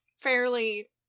fairly